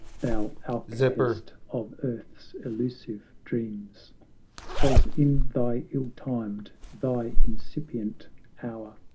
thou alcahest of earth's illusive dreams twas in thy ill-timed, thy incipient hour,